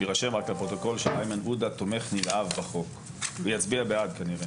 שיירשם רק לפרוטוקול שאיימן עודה תומך נלהב בחוק ויצביע בעד כנראה.